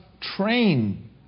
train